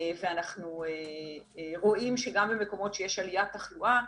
אנחנו רואים שגם במקומות שיש עליית תחלואה,